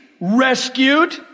rescued